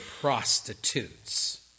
prostitutes